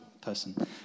person